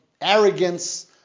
arrogance